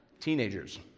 teenagers